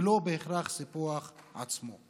ולא בהכרח הסיפוח עצמו,